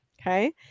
Okay